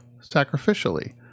sacrificially